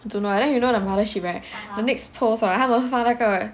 don't know eh then you know the Mothership right the next post hor 他们发那个